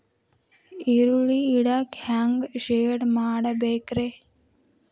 ಈರುಳ್ಳಿ ಇಡಾಕ ಹ್ಯಾಂಗ ಶೆಡ್ ಮಾಡಬೇಕ್ರೇ?